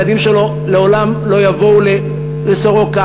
הילדים שלו לעולם לא יבואו לסורוקה,